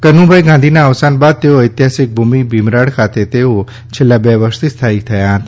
કનુભાઈ ગાંધીના અવસાન બાદ તેઓ ઐતિહાસિક ભૂમિ ભીમરાડ ખાતે તેઓ છેલ્લા બે વર્ષથી સ્થાયી હતા